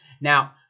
Now